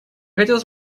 хотелось